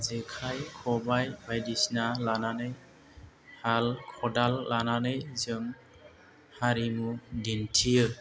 जेखाइ खबाइ बायदिसिना लानानै हाल खदाल लानानै जों हारिमु दिन्थियो